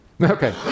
Okay